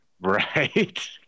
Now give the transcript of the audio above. Right